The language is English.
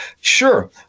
sure